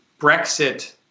Brexit